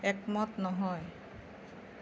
একমত নহয়